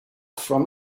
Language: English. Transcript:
from